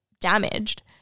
damaged